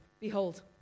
Behold